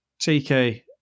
TK